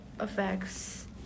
effects